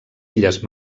illes